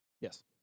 Yes